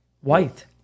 White